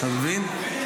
אתה מבין?